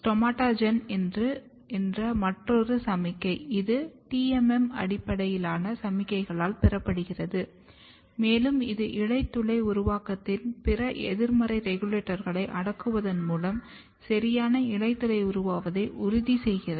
STOMAGEN என்ற மற்றொரு சமிக்ஞை இது TMM அடிப்படையிலான சமிக்ஞைகளால் பெறப்படுகிறது மேலும் இது இலைத்துளை உருவாக்கத்தின் பிற எதிர்மறை ரெகுலேட்டர்களை அடக்குவதன் மூலம் சரியான இலைத்துளை உருவாவதை உறுதி செய்கிறது